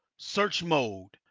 search mode.